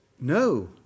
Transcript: No